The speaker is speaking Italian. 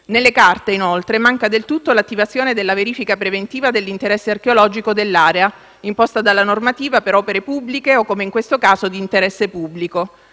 Nelle carte, inoltre, manca del tutto l'attivazione della verifica preventiva dell'interesse archeologico dell'area, imposta dalla normativa per opere pubbliche o, come in questo caso, di interesse pubblico.